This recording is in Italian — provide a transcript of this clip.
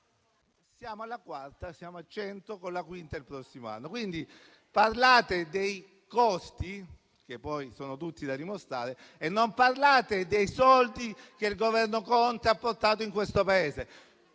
Siamo alla quarta e arriveremo a 100 miliardi con la quinta il prossimo anno. Parlate dei costi, che poi sono tutti da dimostrare, e non parlate dei soldi che il Governo Conte ha portato in questo Paese.